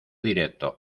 directo